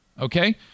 Okay